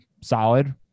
solid